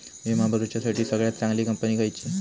विमा भरुच्यासाठी सगळयात चागंली कंपनी खयची?